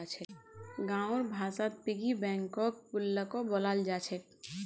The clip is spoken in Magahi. गाँउर भाषात पिग्गी बैंकक गुल्लको बोलाल जा छेक